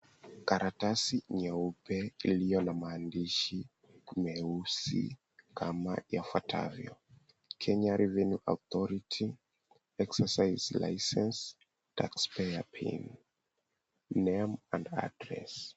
Karatasi nyeupe iliyo na maandishi meusi kama yafuatavyo, Kenya Revenue Authority, Exercise Lisence taxpayer PIN. Name and address.